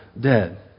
dead